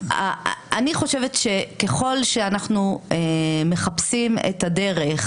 אני חושבת שככל שאנחנו מחפשים את הדרך